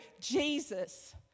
Jesus